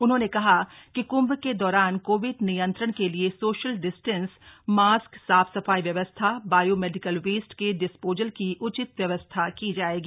उन्होंने कहा कि क्म्भ के दौरान कोविड नियंत्रण के लिए सोशल डिस्टेंस मास्क साफ सफाई व्यवस्था बायो मेडिकल वेस्ट के डिसपोजल की उचित व्यवस्था की जाएगी